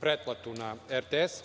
pretplatu na RTS.